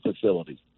facility